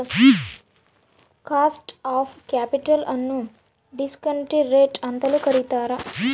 cost of capital ನ್ನು ಡಿಸ್ಕಾಂಟಿ rate ಅಂತನು ಕರಿತಾರೆ